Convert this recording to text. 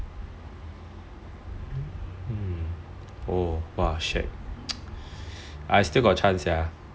oh !wah! shag I still got chance sia